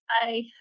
Hi